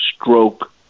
stroke